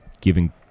giving